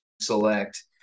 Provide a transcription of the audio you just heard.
select